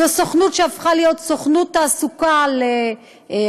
זו סוכנות שהפכה להיות סוכנות תעסוקה ל"חמאס",